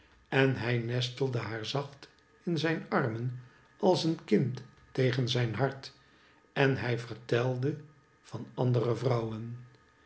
en hij nestelde haar zacht in zijn armen als een kind tegen zijn hart en hij vertelde van andere vrouwen